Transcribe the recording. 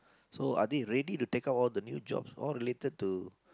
so are they ready to take up all the new jobs all related to